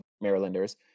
Marylanders